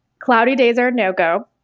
cloudy days are no-go.